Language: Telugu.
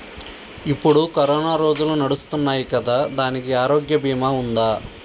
ఇప్పుడు కరోనా రోజులు నడుస్తున్నాయి కదా, దానికి ఆరోగ్య బీమా ఉందా?